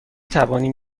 توانیم